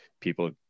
people